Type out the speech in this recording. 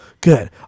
good